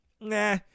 nah